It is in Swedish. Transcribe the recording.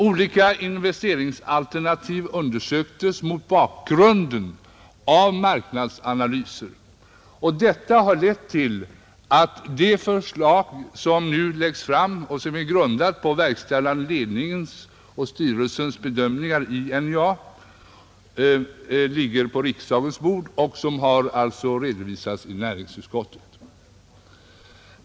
Olika investeringsalternativ undersöktes mot bakgrunden av marknadsanalyser, och detta har lett fram till det förslag — grundat på verkställande ledningens och styrelsens bedömningar i NJA — som nu ligger på riksdagens bord och som har redovisats i näringsutskottet.